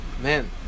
man